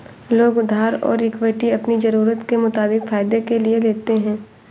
लोग उधार और इक्विटी अपनी ज़रूरत के मुताबिक फायदे के लिए लेते है